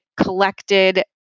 collected